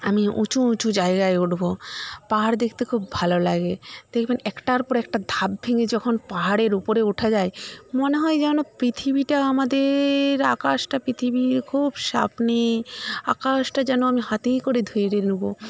আমি উঁচু উঁচু জায়গায় উঠবো পাহাড় দেখতে খুব ভালো লাগে দেখবেন একটার পর একটা ধাপ ভেঙ্গে যখন পাহাড়ের উপরে ওঠা যায় মনে হয় যেন পৃথিবীটা আমাদের আকাশটা পৃথিবীর খুব সানে আকাশটা যেন আমি হাতে করে ধরে নেবো